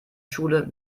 schule